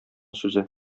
сүзе